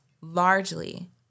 largely